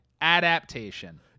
Adaptation